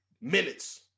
minutes